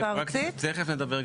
רק לחדד,